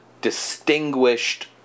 distinguished